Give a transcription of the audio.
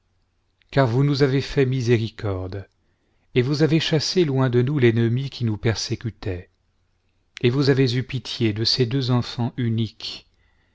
car vous nous avez fait miséricorde et vous avez chassé loin de nous l'ennemi qui nous persécutaient et vous avez eu pitié de ces deux enfants uniques